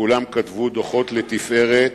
כולם כתבו דוחות לתפארת.